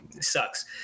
sucks